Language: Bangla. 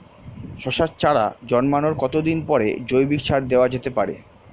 শশার চারা জন্মানোর কতদিন পরে জৈবিক সার দেওয়া যেতে পারে?